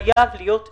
חייב להיות שינוי,